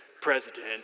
president